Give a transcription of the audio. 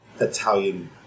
Italian